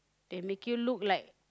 and make you look like